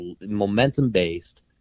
momentum-based